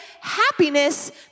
Happiness